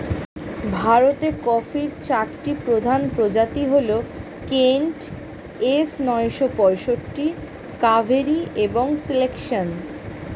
ভারতের কফির চারটি প্রধান প্রজাতি হল কেন্ট, এস নয়শো পঁয়ষট্টি, কাভেরি এবং সিলেকশন